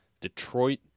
Detroit